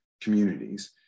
communities